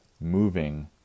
moving